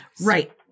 Right